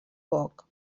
poc